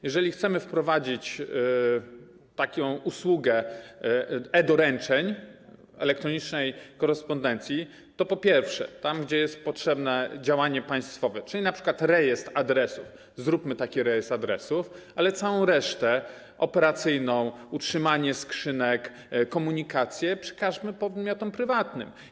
Jeżeli chcemy wprowadzić usługę e-doręczeń, elektronicznej korespondencji, to po pierwsze, tam, gdzie jest potrzebne działanie państwowe, czyli np. rejestr adresów, zróbmy rejestr adresów, ale całą resztę operacyjną, utrzymanie skrzynek, komunikację przekażmy podmiotom prywatnym.